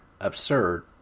absurd